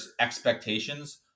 expectations